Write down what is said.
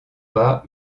pas